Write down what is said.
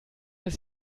ist